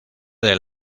del